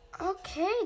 Okay